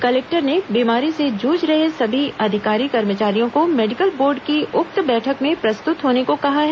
collector ने बीमारी से जुझ रहे सभी अधिकारी कर्मचारियों को मेडिकल बोर्ड की उक्त बैठक में प्रस्तुत होने को कहा है